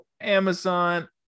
Amazon